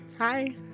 Hi